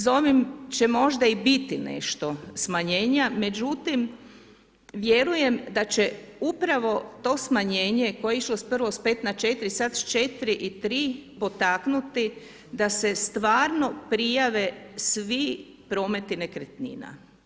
S ovim će možda i biti nešto smanjenja, međutim, vjerujem da će upravo to smanjenje koje je išlo prvo s 5 na 4 sada s 4 i 3 potaknuti da se stvarno prijave svi prometi nekretnina.